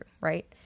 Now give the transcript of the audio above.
right